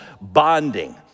bonding